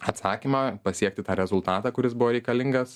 atsakymą pasiekti tą rezultatą kuris buvo reikalingas